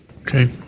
Okay